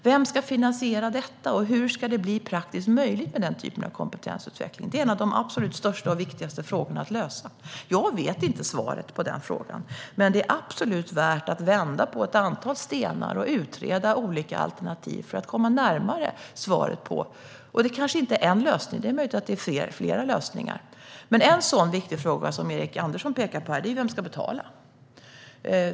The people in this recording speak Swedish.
Vem ska finansiera detta, och hur ska den typen av kompetensutveckling bli praktiskt möjlig? Det är en av de absolut största och viktigaste frågorna att lösa. Jag vet inte svaret på den frågan, men det är absolut värt att vända på ett antal stenar och utreda olika alternativ för att komma närmare svaret. Det kanske inte finns bara en lösning; det är möjligt att det finns flera. En viktig fråga som Erik Andersson pekar på är vem som ska betala.